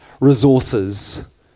resources